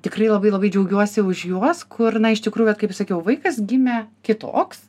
tikrai labai labai džiaugiuosi už juos kur na iš tikrųjų vat kaip ir sakiau vaikas gimė kitoks